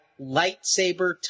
lightsaber